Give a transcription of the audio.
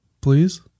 please